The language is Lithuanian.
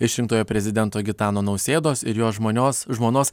išrinktojo prezidento gitano nausėdos ir jo žmonios žmonos